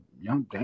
Young